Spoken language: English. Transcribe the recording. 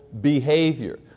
behavior